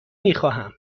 میخواهم